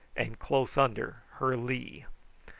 and close under her lee.